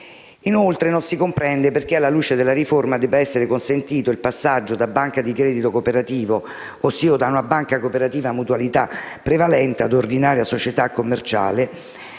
istituti. Non si comprende poi perché, alla luce della riforma, debba essere consentito il passaggio da banca di credito cooperativo, ossia da una banca cooperativa a mutualità prevalente, ad ordinaria società commerciale,